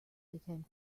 became